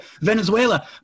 Venezuela